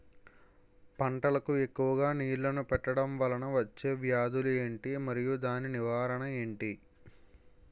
పంటలకు ఎక్కువుగా నీళ్లను పెట్టడం వలన వచ్చే వ్యాధులు ఏంటి? మరియు దాని నివారణ ఏంటి?